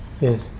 Yes